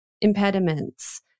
impediments